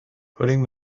putting